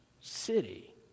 city